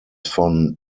von